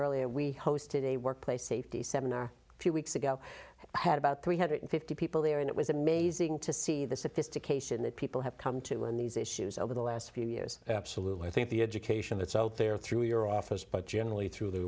earlier we hosted a workplace safety seminar a few weeks ago i had about three hundred fifty people there and it was amazing to see the sophistication that people have come to in these issues over the last few years absolutely i think the education that's out there through your office but generally t